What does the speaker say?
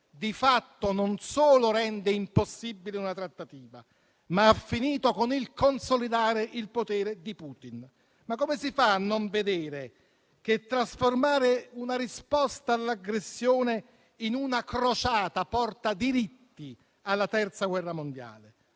di fatto non solo rende impossibile una trattativa, ma ha finito con il consolidare il potere di Putin. Ma come si fa a non vedere che trasformare una risposta all'aggressione in una crociata porta diritti alla terza guerra mondiale?